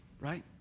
right